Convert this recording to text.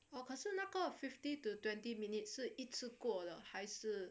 uh 可是那个 fifty to twenty minutes 是一次过的还是